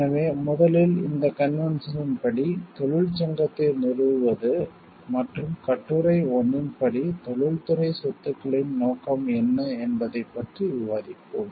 எனவே முதலில் இந்த கன்வென்ஷனின் படி தொழிற்சங்கத்தை நிறுவுவது மற்றும் கட்டுரை 1 இன் படி தொழில்துறை சொத்துக்களின் நோக்கம் என்ன என்பதைப் பற்றி விவாதிப்போம்